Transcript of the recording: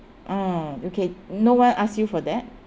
mm okay no one ask you for that